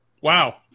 Wow